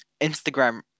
Instagram